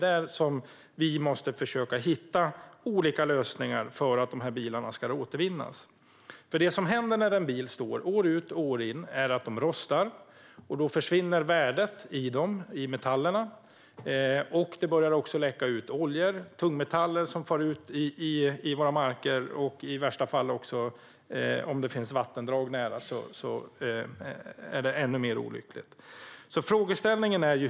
Där måste vi ta fram olika lösningar så att bilarna återvinns. Det som händer när en bil står år ut och år in är att den rostar. Då försvinner värdet i metallerna, och det börjar läcka ut oljor och tungmetaller i våra marker. Om det finns vattendrag nära kan det i värsta fall bli ännu mer olyckligt.